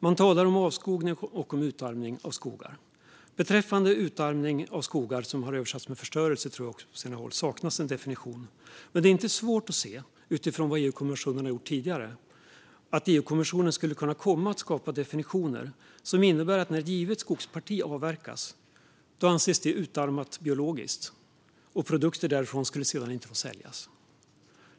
Man talar om avskogning och om utarmning av skogar. Beträffande utarmning av skogar - jag tror att det på sina håll också har översatts med "förstörelse" - saknas en definition. Det är inte svårt att se, utifrån vad EU-kommissionen har gjort tidigare, att EU-kommissionen skulle kunna komma att skapa definitioner som innebär att när ett givet skogsparti avverkas anses det utarmat biologiskt, och produkter därifrån skulle sedan inte få säljas.